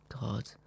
God